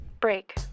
Break